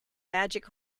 magic